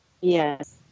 Yes